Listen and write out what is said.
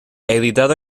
editado